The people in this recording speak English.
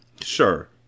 sure